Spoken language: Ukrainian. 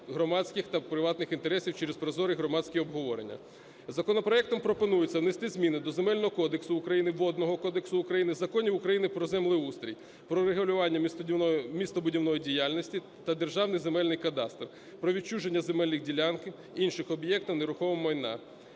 громадських та приватних інтересів через прозорі громадські обговорення. Законопроектом пропонується внести зміни до Земельного кодексу України, Водного кодексу України, Законів України про землеустрій, про регулювання містобудівної діяльності та Державний земельний кадастр, про відчуження земельних ділянок, інших об'єктів нерухомого майна,